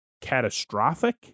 catastrophic